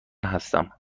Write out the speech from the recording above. هستم